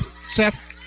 Seth